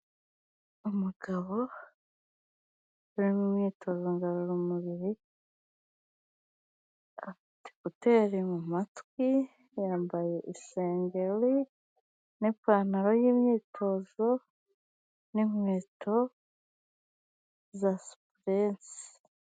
Umugabo uri mu myitozo ngororamubiri, afite kuteri mu matwi yambaye isengeri n'ipantaro y'imyitozo n'inkweto za sipuresi.